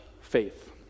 faith